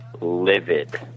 livid